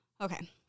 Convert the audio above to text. Okay